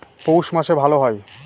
পৌষ মাসে ভালো হয়?